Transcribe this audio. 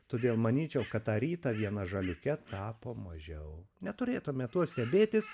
todėl manyčiau kad tą rytą viena žaliuke tapo mažiau neturėtume tuo stebėtis